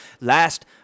last